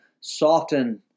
soften